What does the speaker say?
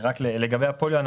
רק לגבי הפוליו,